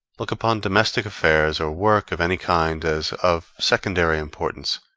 look upon domestic affairs or work of any kind as of secondary importance,